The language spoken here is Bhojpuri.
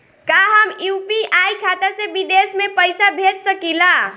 का हम यू.पी.आई खाता से विदेश में पइसा भेज सकिला?